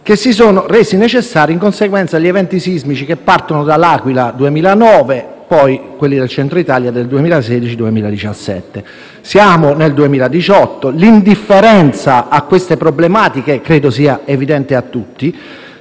che si sono resi necessari in conseguenza degli eventi sismici che partono da L'Aquila nel 2009 e interessano poi il Centro Italia nel 2016-2017. Siamo nel 2018 e l'indifferenza a queste problematiche credo sia evidente a tutti.